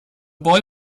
boy